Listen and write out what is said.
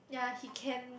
ya he can